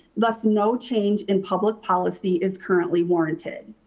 less no change in public policy is currently warranted.